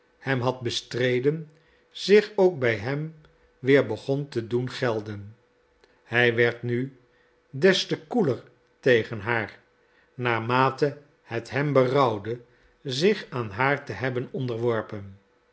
hem had bestreden zich ook bij hem weer begon te doen gelden hij werd nu des te koeler tegen haar naarmate het hem berouwde zich aan haar te hebben onderworpen